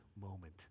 moment